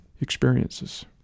experiences